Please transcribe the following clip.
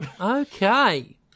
Okay